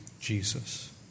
Jesus